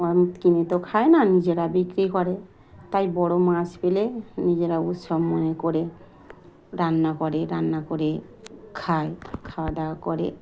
কিনে তো খায় না নিজেরা বিক্রি করে তাই বড়ো মাছ পেলে নিজেরা উৎসব মনে করে রান্না করে রান্না করে খায় খাওয়া দাওয়া করে